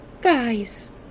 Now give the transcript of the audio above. Guys